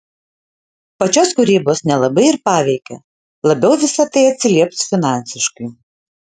pačios kūrybos nelabai ir paveikė labiau visa tai atsilieps finansiškai